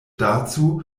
dazu